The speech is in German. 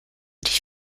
dich